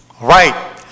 Right